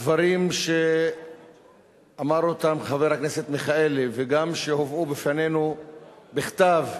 הדברים שאמר חבר הכנסת מיכאלי וגם הדברים שהובאו בפנינו בכתב,